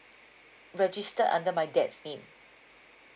registered under my dad's name